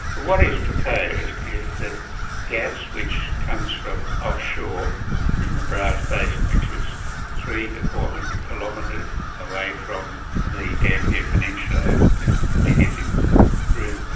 but what is proposed is that gas which comes from offshore in the browse basin, which is three hundred to four hundred kilometres away from the dampier peninsula immediately north of broome,